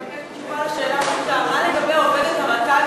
אני מבקשת תשובה על שאלה פשוטה: מה לגבי עובדת הרט"ג,